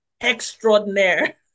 extraordinaire